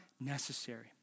necessary